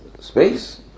space